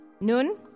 Nun